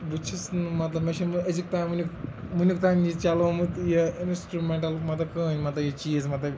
بہٕ چھُس نہٕ مطلب مےٚ چھُنہٕ أزیُک تام وٕنہِ وٕنیُک تام یہِ چلومُت یہِ اِنَسٹرٛوٗمٮ۪نٛٹَل مطلب کٕہٕنۍ مطلب یہِ چیٖز مطلب